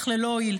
אך ללא הועיל.